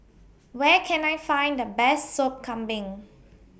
Where Can I Find The Best Sop Kambing